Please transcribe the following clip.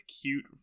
cute